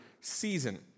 season